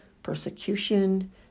Persecution